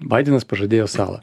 baidenas pažadėjo salą